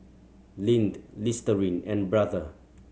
Lindt Listerine and Brother